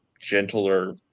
gentler